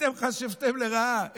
אתם חשבתם לרעה,